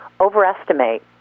overestimate